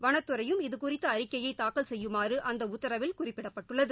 வனத்துறையும் இது குறித்த அறிக்கையை தாக்கல் செய்யுமாறு அந்த உத்தரவில் குறிப்பிடப்பட்டுள்ளது